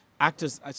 actors